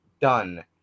done